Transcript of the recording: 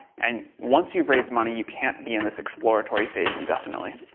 and once you've raised money you can't be in this exploratory phase indefinitely.